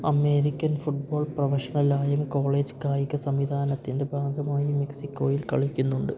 American football പ്രൊഫഷണലായും college കായിക സംവിധാനത്തിൻ്റെ ഭാഗമായും മെക്സിക്കോയിൽ കളിക്കുന്നുണ്ട്